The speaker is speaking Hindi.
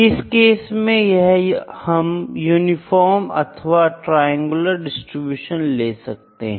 इस केस में हम यूनिफॉर्म अथवा ट्रायंगुलर डिस्ट्रीब्यूशन ले सकते हैं